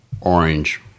orange